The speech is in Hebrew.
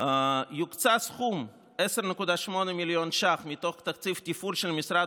יוקצה סכום של 10.8 מיליון ש"ח מתוך תקציב התפעול של משרד